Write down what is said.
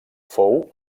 fou